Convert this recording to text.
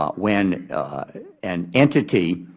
ah when an entity